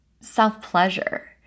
self-pleasure